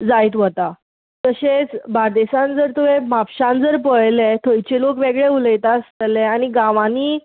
जायत वता तशेंच बार्देसांत जर तुवें म्हापशांन जर पळयलें थंयचें लोक वेगळें उलयता आसतलें आनी गांवांनी